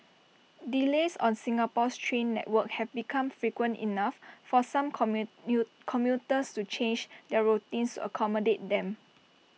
delays on Singapore's train network have become frequent enough for some commuters to change their routines to accommodate them